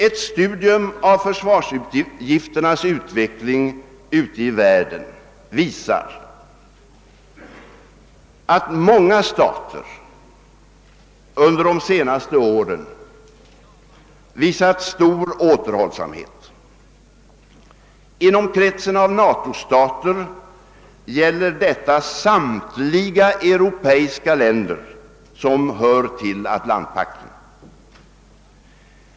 Ett studium av försvarsutgifternas utveckling ute i världen visar att många stater under de senaste åren iakttagit stor återhållsamhet. Inom kretsen av NATO stater gäller detta samtliga europeiska länder som hör till Atlantpakten.